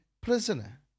prisoner